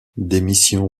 démission